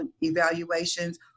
evaluations